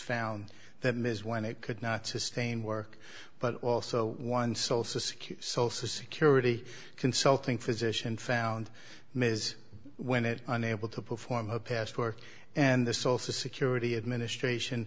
found that ms when it could not sustain work but also one source a secure social security consulting physician found ms when it unable to perform a past work and the social security administration